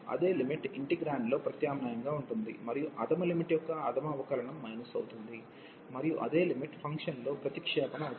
అదే లిమిట్ ఇంటిగ్రేండ్లో ప్రత్యామ్నాయంగా ఉంటుంది మరియు అధమ లిమిట్ యొక్క అధమ అవకలనం మైనస్ అవుతుంది మరియు అదే లిమిట్ ఫంక్షన్లో ప్రతిక్షేపణ అవుతుంది